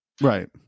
right